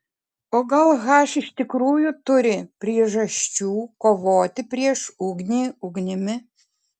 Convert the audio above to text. o gal h iš tikrųjų turi priežasčių kovoti prieš ugnį ugnimi